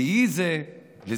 ויהי זה לזכרם.